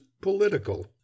political